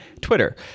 Twitter